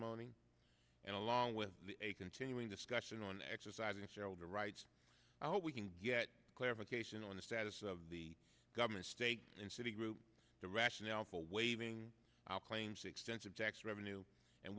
moaning and along with a continuing discussion on exercising shareholder rights how we can get clarification on the status of the government's stake in citigroup the rationale for waiving our claims extensive tax revenue and